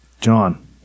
John